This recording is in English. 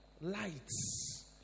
Lights